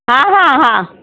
हा हा हा